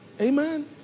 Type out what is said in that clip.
amen